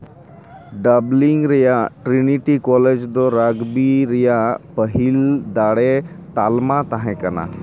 Dublin ᱨᱮᱭᱟᱜ Trinity College ᱫᱚ rugby ᱨᱮᱭᱟᱜ ᱯᱟᱹᱦᱤᱞ ᱫᱟᱲᱮ ᱛᱟᱞᱢᱟ ᱛᱟᱦᱮᱸ ᱠᱟᱱᱟ